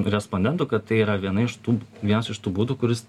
respondentų kad tai yra viena iš tų vienas iš tų būdų kuris